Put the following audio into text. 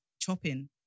chopping